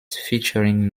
featuring